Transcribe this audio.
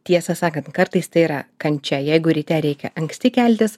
tiesą sakant kartais tai yra kančia jeigu ryte reikia anksti keltis